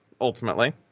ultimately